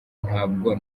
ntabwo